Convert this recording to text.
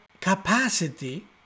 capacity